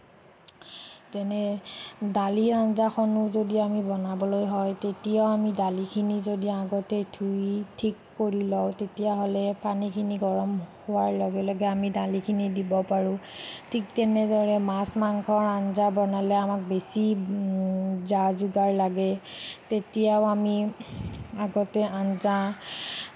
তেনে দালিৰ আঞ্জাখনো যদি আমি বনাবলৈ হয় তেতিয়া আমি দালিখিনি যদি আগতেই ধুই ঠিক কৰি লওঁ তেতিয়াহ'লে পানীখিনি গৰম হোৱাৰ লগে লগে আমি দালিখিনি দিব পাৰোঁ ঠিক তেনেদৰে মাছ মাংসৰ আঞ্জা বনালেও আমাক বেছি যা যোগাৰ লাগে তেতিয়াও আমি আগতে আঞ্জা